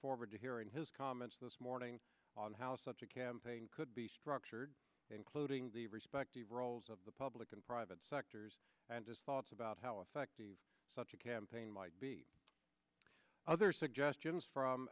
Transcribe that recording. forward to hearing his comments this morning on how such a campaign could be structured including the respective roles of the public and private sectors and just thoughts about how effective such a campaign might be other suggestions from